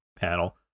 panel